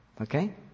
Okay